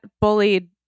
bullied